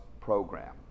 program